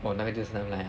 orh 那个就是 timeline ah